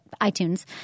iTunes